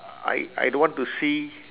I I don't want to see